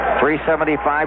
375